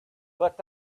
but